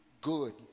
good